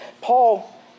Paul